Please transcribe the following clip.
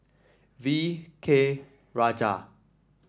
V K Rajah